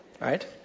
right